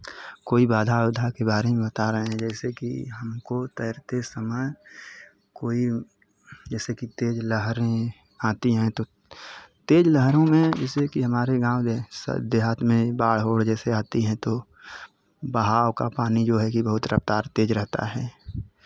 कोई बाधा उधा के बारे में बता रहे हैं जैसे कि हमको तैरते समय कोई जैसे की तेज़ लहरें आती हैं तो तेज़ लहरों में जैसे कि हमारे गाँव दे स् देहात में बाढ़ ऊढ़ जैसे आती हैं तो बहाव का पानी जो है कि बहुत रफ़्तार तेज़ रहता है